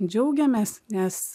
džiaugiamės nes